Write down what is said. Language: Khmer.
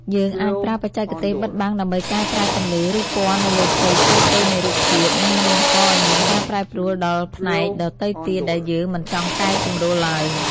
យើងអាចប្រើបច្ចេកទេសបិទបាំងដើម្បីកែប្រែពន្លឺ ឬពណ៌នៅលើផ្នែកតូចៗនៃរូបភាព និង មិនបង្កឱ្យមានការប្រែប្រួលដល់ផ្នែកដទៃទៀតដែលយើងមិនចង់កែសម្រួលឡើយ។